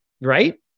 Right